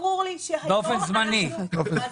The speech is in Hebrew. באופן זמני.